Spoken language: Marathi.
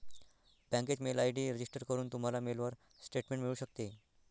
बँकेत मेल आय.डी रजिस्टर करून, तुम्हाला मेलवर स्टेटमेंट मिळू शकते